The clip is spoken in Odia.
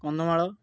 କନ୍ଧମାଳ